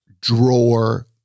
drawer